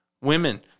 women